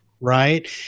right